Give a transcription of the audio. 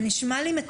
זה נשמע לי מטורף.